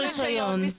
רשיון.